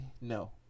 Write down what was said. No